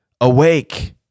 awake